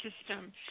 system